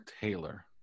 taylor